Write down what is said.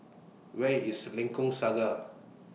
Where IS Lengkok Saga